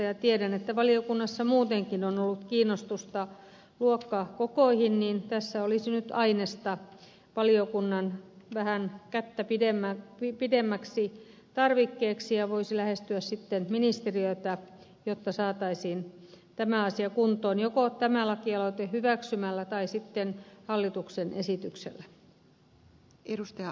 kun tiedän että valiokunnassa muutenkin on ollut kiinnostusta luokkakokoihin niin tässä olisi nyt ainesta valiokunnan vähän kättä pidemmäksi tarvikkeeksi ja voisi lähestyä sitten ministeriötä jotta saataisiin tämä asia kuntoon joko tämä lakialoite hyväksymällä tai sitten hallituksen esityksellä